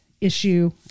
issue